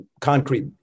concrete